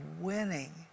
winning